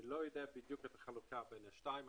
אני לא יודע בדיוק את החלוקה בין שניהם,